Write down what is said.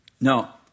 Now